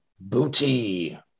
booty